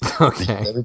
Okay